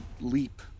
Leap